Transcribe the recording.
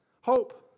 hope